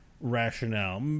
rationale